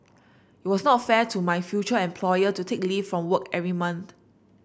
it was not fair to my future employer to take leave from work every month